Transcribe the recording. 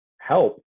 help